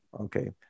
okay